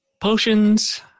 potions